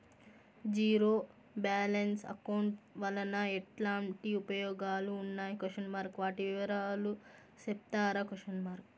Zero balance account వలన ఎట్లాంటి ఉపయోగాలు ఉన్నాయి? వాటి వివరాలు సెప్తారా?